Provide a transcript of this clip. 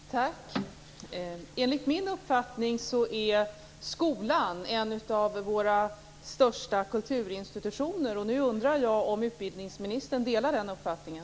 Herr talman! Enligt min uppfattning är skolan en av våra största kulturinstitutioner. Nu undrar jag om utbildningsministern delar den uppfattningen.